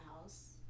house